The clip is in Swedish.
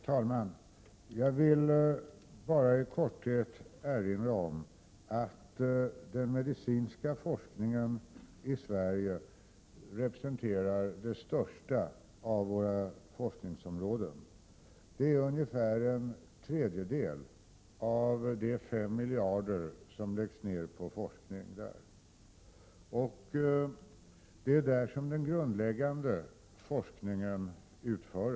Herr talman! Jag vill bara i korthet erinra om att den medicinska forskningen i Sverige representerar det största av-våra forskningsområden. Den medicinska forskningen får ungefär en tredjedel av de 5 miljarder kronor som läggs ned på forskning. Det är inom detta område som den grundläggande forskningen utförs.